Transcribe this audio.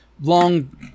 Long